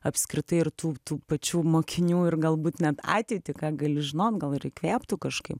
apskritai ir tų tų pačių mokinių ir galbūt net ateitį ką gali žinot gal ir įkvėptų kažkaip